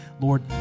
Lord